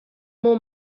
more